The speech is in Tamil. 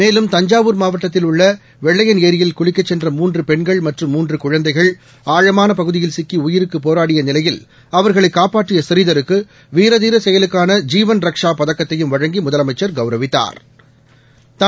மேலும் தஞ்சாவூர் மாவட்டத்தில் உள்ள வெள்ளையன் ஏரியில் குளிக்கச் சென்ற மூன்று பெண்கள் மற்றும் மூன்று குழந்தைகள் ஆழமான பகுதியில் சிக்கி உயிருக்கு போராடிய நிலையில் அவர்களை காப்பாற்றிய ஸ்ரீதருக்கு வீரதீர செயலுக்கான ஜீவன் ரக்ஷா பதக்கத்தையும் வழங்கி முதலமைச்சா் கௌரவித்தாா்